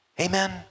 Amen